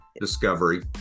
Discovery